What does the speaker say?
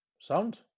Sound